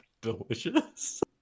delicious